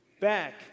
back